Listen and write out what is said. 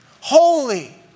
holy